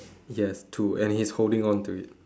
he has two and it's holding on to it